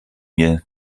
mir